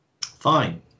Fine